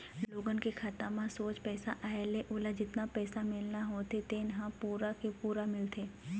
लोगन के खाता म सोझ पइसा आए ले ओला जतना पइसा मिलना होथे तेन ह पूरा के पूरा मिलथे